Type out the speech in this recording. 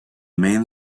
main